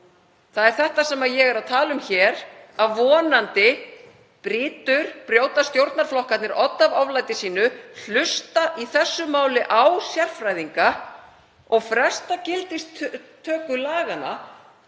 Það er þetta sem ég er að tala um hér, að vonandi brjóti stjórnarflokkarnir odd af oflæti sínu, hlusti í þessu máli á sérfræðinga og fresti gildistöku laganna